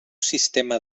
sistema